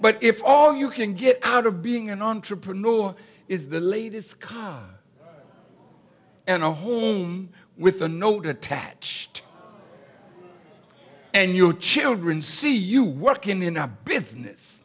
but if all you can get out of being an entrepreneur is the latest cock and a home with a note attached and your children see you working in a business